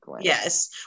Yes